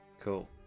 Cool